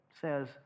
says